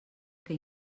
que